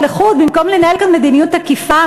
לחוד במקום לנהל כאן מדיניות תקיפה.